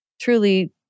truly